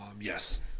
yes